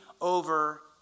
over